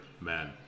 man